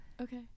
Okay